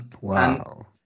wow